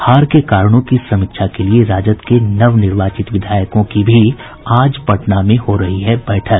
हार के कारणों की समीक्षा के लिए राजद के नवनिर्वाचित विधायकों की भी आज पटना में हो रही है बैठक